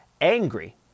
angry